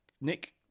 Nick